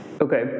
Okay